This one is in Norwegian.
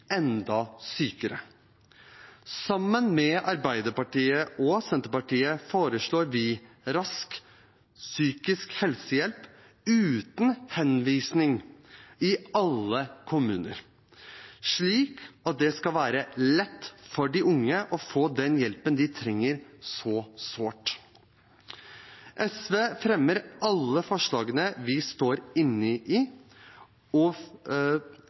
enda sykere. Sammen med Arbeiderpartiet og Senterpartiet foreslår vi rask psykisk helsehjelp uten henvisning i alle kommuner, slik at det skal være lett for de unge å få den hjelpen de trenger så sårt. SV fremmer alle forslagene vi står inne i, og